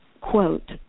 quote